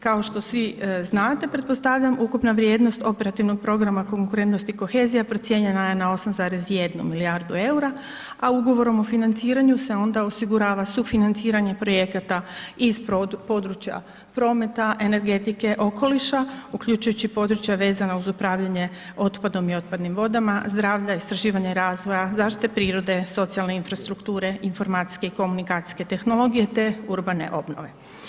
Kao što svi znate pretpostavljam ukupna vrijednost Operativnog programa Konkurentnost i kohezija procijenjena je na 8,1 milijardu EUR-a, a ugovorom o financiranju se onda osigurava sufinanciranje projekata iz područja prometa, energetike, okoliša uključujući područja vezana uz upravljanje otpadom i otpadnim vodama, zdravlja, istraživanja razvoja, zaštite prirode, socijalne infrastrukture, informacijske i komunikacijske tehnologije te urbane obnove.